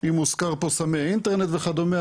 אם הוזכר סמי אינטרנט וכדומה,